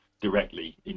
directly